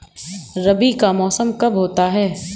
रबी का मौसम कब होता हैं?